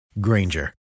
Granger